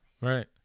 Right